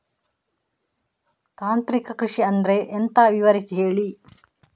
ತಾಂತ್ರಿಕ ಕೃಷಿ ಅಂದ್ರೆ ಎಂತ ವಿವರಿಸಿ ಹೇಳಿ